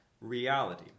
reality